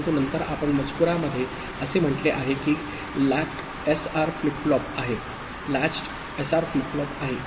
परंतु नंतर आपण मजकूरामध्ये असे म्हटले आहे की लॅक्ड एसआर फ्लिप फ्लॉप आहे